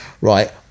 right